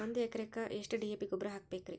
ಒಂದು ಎಕರೆಕ್ಕ ಎಷ್ಟ ಡಿ.ಎ.ಪಿ ಗೊಬ್ಬರ ಹಾಕಬೇಕ್ರಿ?